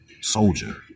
soldier